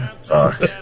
Fuck